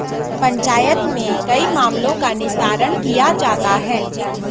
पंचायत में कई मामलों का निस्तारण किया जाता हैं